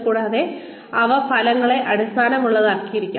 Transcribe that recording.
കൂടാതെ അവ ഫലങ്ങളെ അടിസ്ഥാനമാക്കിയുള്ളതായിരിക്കണം